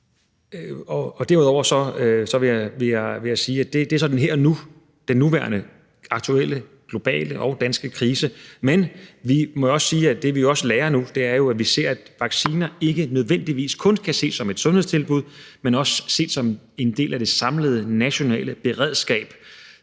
Det er så her og nu den nuværende, aktuelle globale og danske krise. Derudover må vi sige, at vi jo også lærer noget nu, hvor vi ser, at vacciner ikke nødvendigvis kun kan ses som et sundhedstilbud, men også ses som en del af det samlede nationale beredskab,